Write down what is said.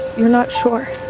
you're not sure?